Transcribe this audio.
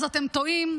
אז אתם טועים,